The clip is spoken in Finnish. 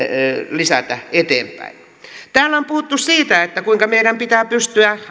lisätä eteenpäin täällä on puhuttu siitä kuinka meidän pitää pystyä